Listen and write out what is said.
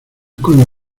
cuando